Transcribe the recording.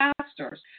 pastors